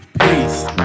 peace